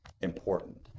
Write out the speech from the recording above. important